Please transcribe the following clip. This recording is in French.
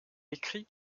écrit